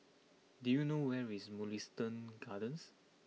do you know where is Mugliston Gardens